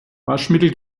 waschmittel